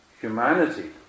humanity